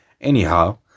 Anyhow